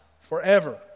forever